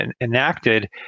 enacted